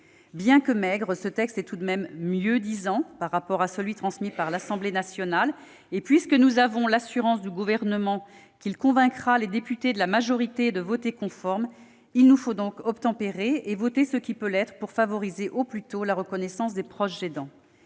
Bien qu'il soit maigre, ce texte est tout de même mieux-disant par rapport à celui qui a été transmis par l'Assemblée nationale. Et puisque nous avons l'assurance du Gouvernement qu'il convaincra les députés de la majorité de voter conforme, il nous faut obtempérer et voter ce qui peut l'être pour favoriser au plus tôt la reconnaissance des proches aidants.